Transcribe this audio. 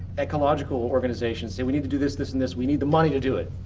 ecological organizations? we need to do this this and this. we need the money to do it.